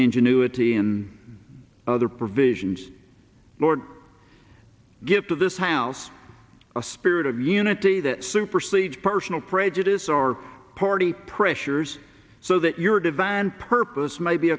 ingenuity in other provisions lord give to this house a spirit of unity that supersedes personal prejudice or party pressures so that your divine purpose may be